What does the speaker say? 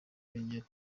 ruhengeri